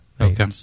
Okay